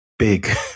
big